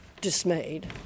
dismayed